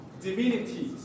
divinities